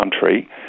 country